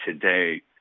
today